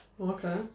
Okay